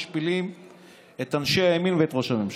משפילים את אנשי הימין ואת ראש הממשלה.